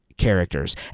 characters